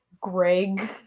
greg